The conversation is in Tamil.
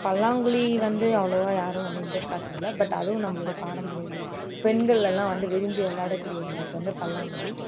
பல்லாங்குழி வந்து அவ்வளோவா யாரும் வந்து இன்ட்ரெஸ்ட் காட்டுறதில்லை பட் அதுவும் நம்மளுடைய பாரம்பரிய விளையாட்டு பெண்கள் எல்லாம் வந்து விரும்பி விளையாடக்கூடிய விளையாட்டு வந்து பல்லாங்குழி